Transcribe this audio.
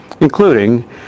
including